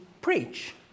preach